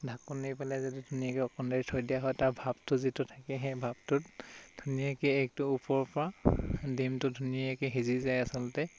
ঢাকোন দি পেলাই যদি ধুনীয়াকৈ অকণমান দেৰি থৈ দিয়া হয় তাৰ ভাপটো যিটো থাকে সেই ভাপটোত ধুনীয়াকৈ এগটো ওপৰৰ পৰা ডিমটো ধুনীয়াকৈ সিজি যায় আচলতে